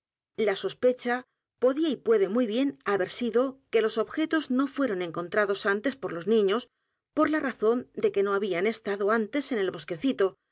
la sospecha podía y puede muy bien haber sido que los objetos no fueron encontrados antes por los niños por la razón de que no habían estado antes en el bosquecito